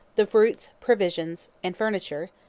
the fruits, provisions, and furniture,